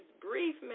brief